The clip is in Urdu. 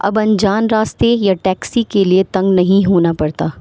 ابن جان راستے یا ٹیکسی کے لیے تنگ نہیں ہونا پڑتا